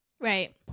Right